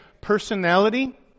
personality